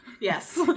yes